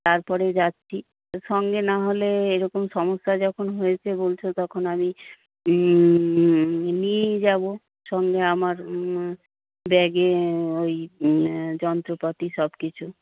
তারপরে যাচ্ছি সঙ্গে না হলে এইরকম সমস্যা যখন হয়েছে বলছো তখন আমি নিয়েই যাবো সঙ্গে আমার ব্যাগে ওই যন্ত্রপাতি সবকিছু